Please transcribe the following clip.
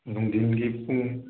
ꯅꯨꯡꯊꯤꯟꯒꯤ ꯄꯨꯡ